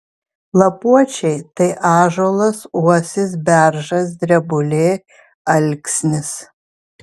lapuočiai tai ąžuolas uosis beržas drebulė alksnis